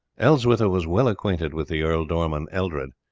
elswitha was well acquainted with the ealdorman eldred,